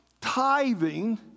tithing